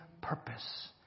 purpose